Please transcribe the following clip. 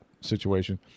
situation